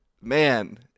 man